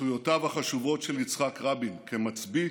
זכויותיו החשובות של יצחק רבין כמצביא,